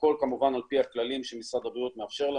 הכל כמובן על פי הכללים שמשרד הבריאות מאפשר לנו,